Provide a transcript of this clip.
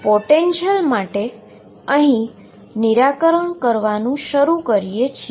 તો આપણે પોટેંશીઅલ માટે આપણે અહીંથી નિરાકરણ કરવાનુ શરૂ કરીશું